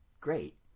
great